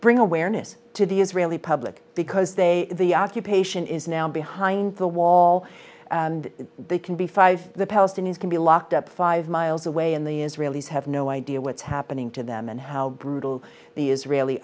bring awareness to the israeli public because they the occupation is now behind the wall and they can be five the palestinians can be locked up five miles away and the israelis have no idea what's happening to them and how brutal the israeli